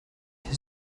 his